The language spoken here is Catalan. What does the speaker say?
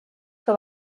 que